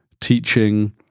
teaching